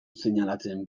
seinalatzen